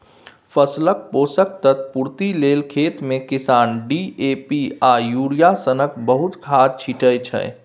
फसलक पोषक तत्व पुर्ति लेल खेतमे किसान डी.ए.पी आ युरिया सनक बहुत खाद छीटय छै